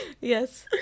Yes